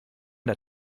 der